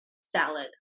salad